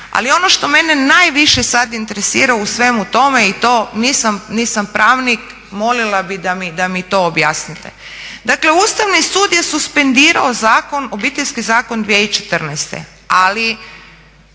Ali ono što mene sada najviše interesira u svemu tome i to nisam pravnik molila bi da mi to objasnite, dakle Ustavni sud je suspendirao Obiteljski zakon 2014., ali